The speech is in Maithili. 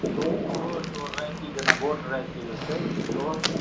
तोरि तोरि रैञ्ची जेना गोट रैञ्ची होइ छै तोरि